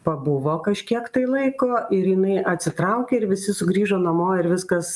pabuvo kažkiek tai laiko ir jinai atsitraukė ir visi sugrįžo namo ir viskas